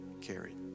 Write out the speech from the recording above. carried